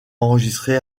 enregistré